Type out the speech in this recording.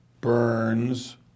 Burns